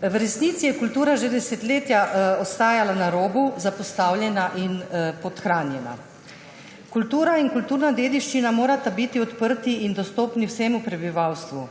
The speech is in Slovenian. V resnici je kultura že desetletja ostajala na robu, zapostavljena in podhranjena. Kultura in kulturna dediščina morata biti odprti in dostopni vsemu prebivalstvu,